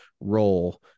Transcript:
role